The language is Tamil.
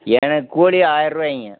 எனக் கூலி ஆயரூவாய்ங்க